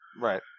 Right